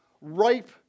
ripe